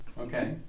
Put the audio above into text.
Okay